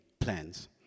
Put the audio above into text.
plans